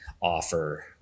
offer